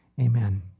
Amen